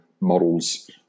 models